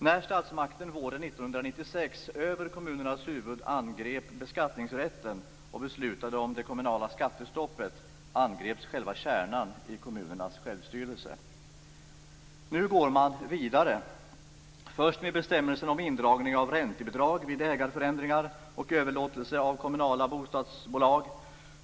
När statsmakten våren 1996 över kommunernas huvuden angrep beskattningsrätten och beslutade om det kommunala skattestoppet angreps själva kärnan i kommunernas självstyrelse. Nu går man vidare - först med bestämmelsen om indragning av räntebidrag vid ägarförändringar och överlåtelse av kommunala bostadsbolag.